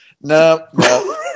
no